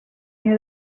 near